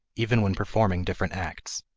even when performing different acts.